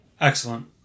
Excellent